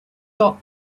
doc